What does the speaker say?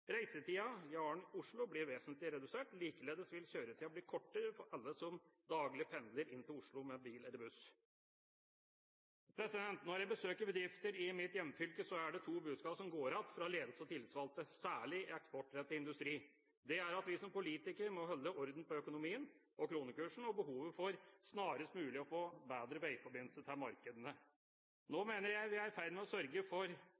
inn til Oslo med bil eller buss. Når jeg besøker bedrifter i mitt hjemfylke, er det to budskap som går igjen fra ledelse og tillitsvalgte, særlig i eksportrettet industri. Det er at vi som politikere må holde orden på økonomien og kronekursen, og behovet for snarest mulig å få bedre veiforbindelse til markedene. Nå mener jeg vi er i ferd med å sørge for